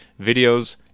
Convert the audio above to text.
videos